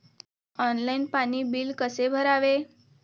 Online पाणी bill कसे भरावे?